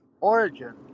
Origin